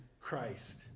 Christ